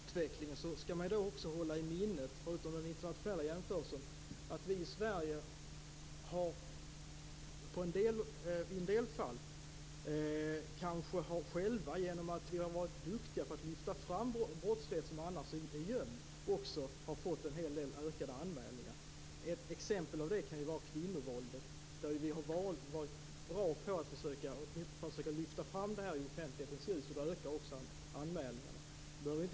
Fru talman! När det gäller brottsutvecklingen skall man också hålla i minnet, förutom den internationella jämförelsen, att vi i Sverige i en del fall genom att vi har varit duktiga på att lyfta fram brottslighet som annars är gömd kanske också har fått en del ökade anmälningar. Ett exempel på det kan vara kvinnovåldet, där vi har varit bra på att försöka lyfta fram detta i offentlighetens ljus. Och då ökar också antalet anmälningarna.